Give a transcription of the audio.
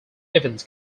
events